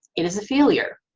it is a failure.